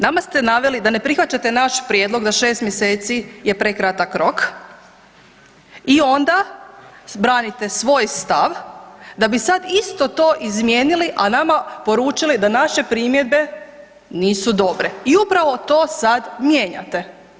Nama ste naveli da ne prihvaćate naš prijedlog da 6 mj. je prekratak rok i onda branite svoj stav da bi sad isto to izmijenili a nama poručili da naše primjedbe nisu dobre i upravo to sad mijenjate.